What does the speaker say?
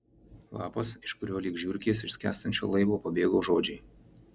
lapas iš kurio lyg žiurkės iš skęstančio laivo pabėgo žodžiai